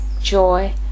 joy